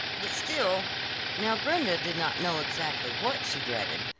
but still now brenda did not know exactly what she dreaded,